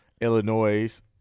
Illinois